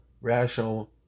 rational